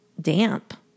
damp